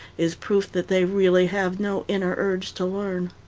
is proof that they really have no inner urge to learn.